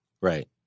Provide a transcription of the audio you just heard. Right